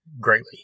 greatly